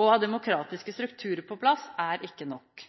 Å ha demokratiske strukturer på plass er ikke nok.